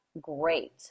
great